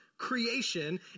creation